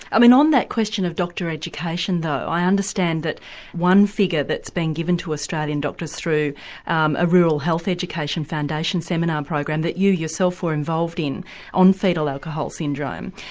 i mean on that question of doctor education, though, i understand that one figure that's been given to australian doctors through um a rural health education foundation seminar program that you yourself were involved in on foetal alcohol syndrome,